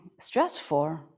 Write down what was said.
stressful